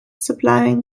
supplying